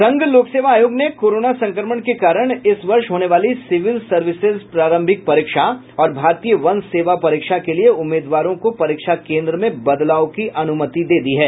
संघ लोक सेवा आयोग ने कोरोना संक्रमण के कारण इस वर्ष होने वाली सिविल सर्विस प्रारंभिक परीक्षा और भारतीय वन सेवा परीक्षा के लिए उम्मीदवारों को परीक्षा केन्द्र में बदलाव की अनुमति दी है